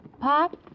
Pop